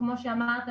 כמו שאמרה לכם,